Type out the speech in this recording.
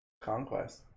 Conquest